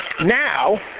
Now